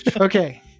Okay